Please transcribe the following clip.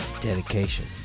dedication